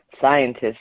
Scientists